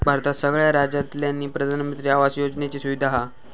भारतात सगळ्या राज्यांतल्यानी प्रधानमंत्री आवास योजनेची सुविधा हा